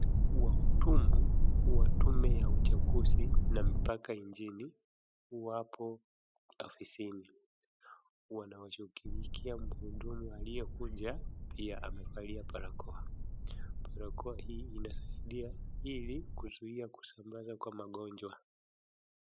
Wahudumu wa tume ya uchaguzi na mipaka nchini wapo afisini. Wanawashughulikia mhudumu aliyekuja pia amevalia barakoa. Barakoa hii inasaidia ili kuzui kusambaza kwa magonjwa.